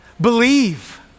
Believe